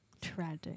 Tragic